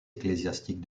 ecclésiastique